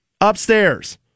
upstairs